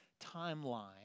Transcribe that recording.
timeline